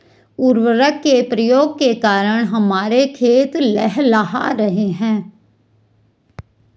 उर्वरक के प्रयोग के कारण हमारे खेत लहलहा रहे हैं